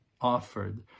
offered